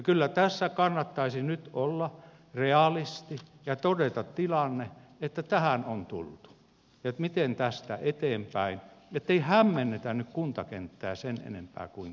kyllä tässä kannattaisi nyt olla realisti ja todeta tilanne että tähän on tultu miten tästä eteenpäin ettei hämmennetä nyt kuntakenttää sen enempää kuin tarvitaan